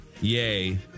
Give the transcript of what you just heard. Yay